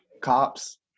cops